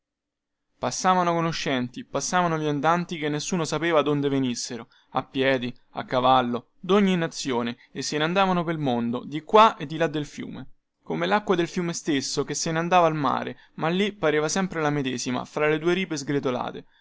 passavano conoscenti passavano viandanti che nessuno sapeva donde venissero a piedi a cavallo dogni nazione se ne andavano pel mondo di qua e di là del fiume come lacqua del fiume stesso che se ne andava al mare ma lì pareva sempre la medesima fra le due ripe sgretolate